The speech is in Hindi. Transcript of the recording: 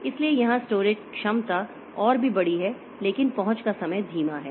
इसलिए यहां स्टोरेज क्षमता और भी बड़ी है लेकिन पहुंच का समय धीमा है